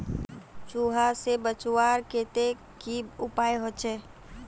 चूहा से बचवार केते की उपाय होचे?